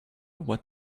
what